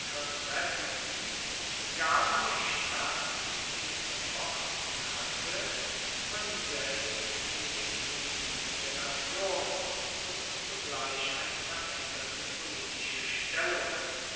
retteten gaben der stadt die sie erfochten hatte von selbst die hegemonie der nation und zugleich eine veraenderte politische stellung